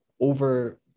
over